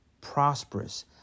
prosperous